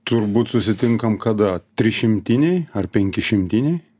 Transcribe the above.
turbūt susitinkam kada trišimtinėj ar penkišimtinėj